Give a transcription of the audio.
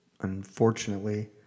unfortunately